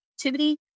Activity